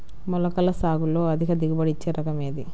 మొలకల సాగులో అధిక దిగుబడి ఇచ్చే రకం ఏది?